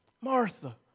Martha